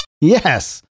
Yes